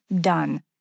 done